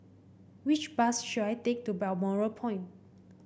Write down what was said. which bus should I take to Balmoral Point